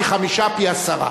פי-חמישה או פי-עשרה.